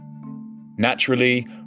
Naturally